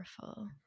powerful